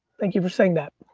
thank you for saying that.